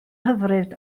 hyfryd